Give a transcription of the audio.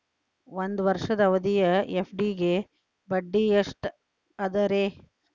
ಒಂದ್ ವರ್ಷದ ಅವಧಿಯ ಎಫ್.ಡಿ ಗೆ ಬಡ್ಡಿ ಎಷ್ಟ ಅದ ರೇ?